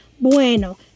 bueno